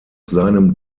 seinem